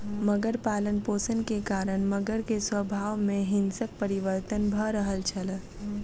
मगर पालनपोषण के कारण मगर के स्वभाव में हिंसक परिवर्तन भ रहल छल